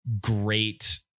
great